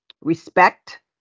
respect